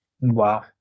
Wow